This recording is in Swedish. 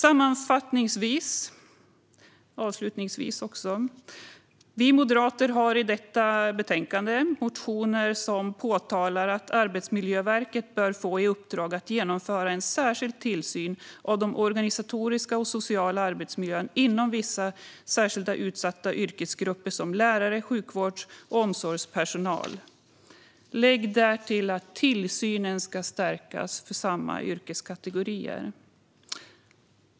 Sammanfattningsvis och avslutningsvis: Vi moderater har i detta betänkande motioner som lyfter fram att Arbetsmiljöverket bör få i uppdrag att genomföra en särskild tillsyn av den organisatoriska och sociala arbetsmiljön inom vissa särskilt utsatta yrkesgrupper, såsom lärare och sjukvårds och omsorgspersonal. Därtill ska tillsynen stärkas för samma yrkeskategorier.